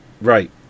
Right